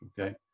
Okay